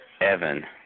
Evan